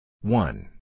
One